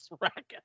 racket